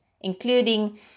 including